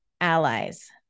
allies